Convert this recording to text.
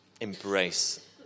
embrace